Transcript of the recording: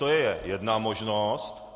To je jedna možnost.